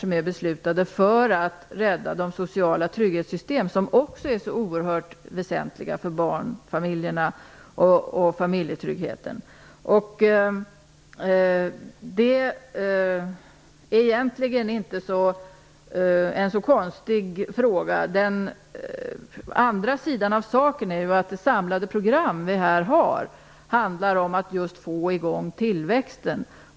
De är beslutade för att de sociala trygghetssystem som också är oerhört väsentliga för barnfamiljerna och familjetryggheten skall räddas. Det är egentligen inte en så konstig fråga. Den andra sidan av saken är att det samlade program som vi har handlar om att just få i gång tillväxten.